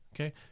Okay